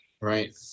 Right